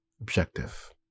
objective